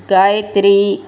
Gayatri